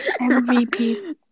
MVP